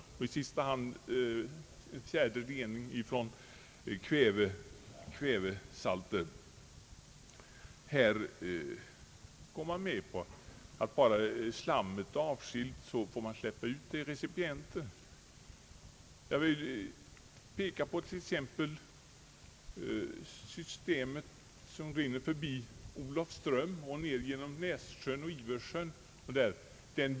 Här går man med på att avloppsvattnet får släppas ut i recipienten, om bara slammet avskiljes. Jag vill som exempel ta det vattensystem som rinner förbi Olofström ned genom Näsum i Skåne och Ivesjön.